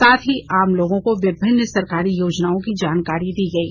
साथ ही आम लोगों को विभिन्न सरकारी योजनाओं की जानकारियां दी गयी